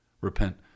Repent